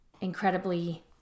incredibly